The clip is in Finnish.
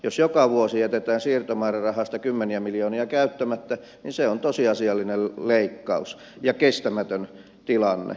jos joka vuosi jätetään siirtomäärärahasta kymmeniä miljoonia käyttämättä niin se on tosiasiallinen leikkaus ja kestämätön tilanne